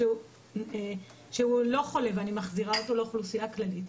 שהוא לא חולה ואני מחזירה אותו לאוכלוסייה כללית,